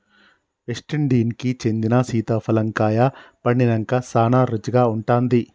West Indies కి చెందిన సీతాఫలం కాయ పండినంక సానా రుచిగా ఉంటాది